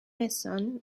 essonne